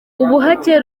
ubuhake